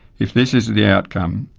if this is the outcome,